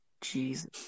Jesus